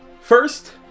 First